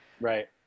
right